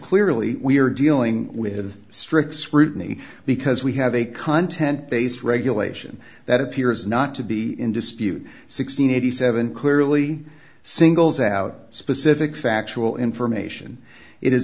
clearly we are dealing with strict scrutiny because we have a content based regulation that appears not to be in dispute six hundred and eighty seven clearly singles out specific factual information it is